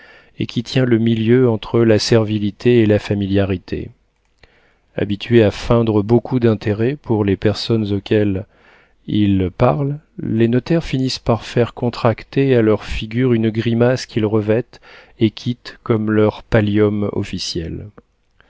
et qui tient le milieu entre la servilité et la familiarité habitués à feindre beaucoup d'intérêt pour les personnes auxquelles ils parlent les notaires finissent par faire contracter à leur figure une grimace qu'ils revêtent et quittent comme leur pallium officiel